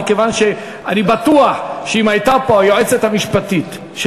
מכיוון שאני בטוח שאם הייתה פה היועצת המשפטית של